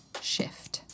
shift